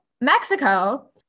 Mexico